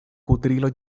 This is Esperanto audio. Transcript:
kudrilo